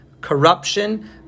corruption